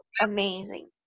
amazing